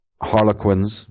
Harlequins